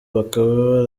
bakaba